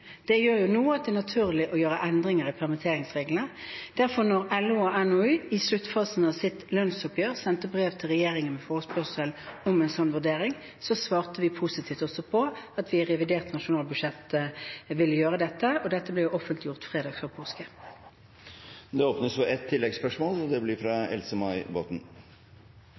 Det gjør det nå naturlig å gjøre endringer i permitteringsreglene. Når LO og NHO i sluttfasen av sitt lønnsoppgjør sendte brev til regjeringen om forespørsel om en slik vurdering, svarte vi positivt også på at vi i revidert nasjonalbudsjett vil gjøre dette, og dette ble offentliggjort fredag før påske. Det blir ett tilleggsspørsmål – fra Else-May Botten. Den økonomiske situasjonen er krevende for stadig flere. I DN i går sto det